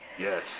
Yes